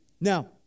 Now